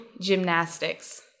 gymnastics